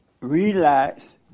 relax